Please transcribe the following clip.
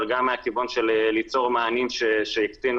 אבל גם מהכיוון של ליצור מענים שיקטינו